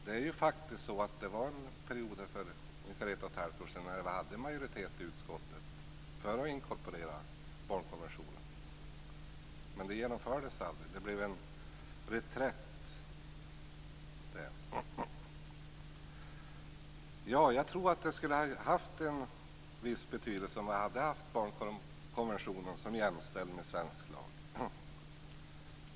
Det var ju faktiskt en period för ungefär ett och ett halvt år sedan när vi hade en majoritet i utskottet för att inkorporera barnkonventionen, men det genomfördes aldrig. Det blev en reträtt där. Ja - jag tror att det skulle ha haft en viss betydelse om vi hade haft barnkonventionen jämställd med svensk lag.